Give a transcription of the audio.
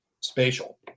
spatial